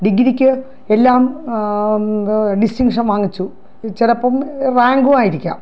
ഡിഗ്രിക്ക് എല്ലാം ഡിസ്റ്റിങ്ഷൻ വാങ്ങിച്ചു ചിലപ്പോള് റാങ്കുമായിരിക്കാം